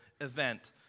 event